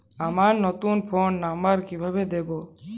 আমার নতুন phone number কিভাবে দিবো?